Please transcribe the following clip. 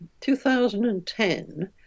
2010